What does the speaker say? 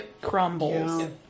crumbles